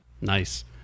nice